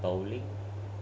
bowling